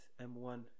M1